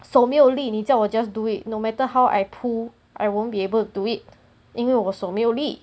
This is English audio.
手没有力你叫我 just do it no matter how I pull I won't be able to do it 因为我手没有力